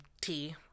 tea